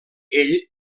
ell